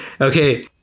Okay